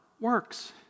works